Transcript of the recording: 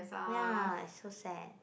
ya it's so sad